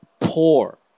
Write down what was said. poor